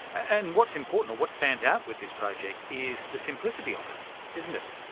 and what's important, or what stands out with this project is the simplicity of it, isn't it?